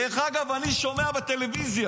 דרך אגב, אני שומע בטלוויזיה,